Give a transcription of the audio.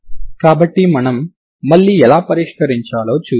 కాబట్టి మనం మళ్లీ ఎలా పరిష్కరించాలో చూద్దాం